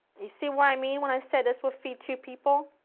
you see what i mean when i say this will feed two people?